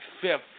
fifth